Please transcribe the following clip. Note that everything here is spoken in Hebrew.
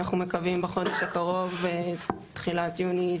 אנחנו מקווים בחודש הקרוב ותחילת יוני,